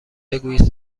بگویید